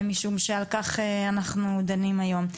משום שעל כך אנחנו דנים היום.